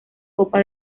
copa